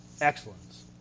excellence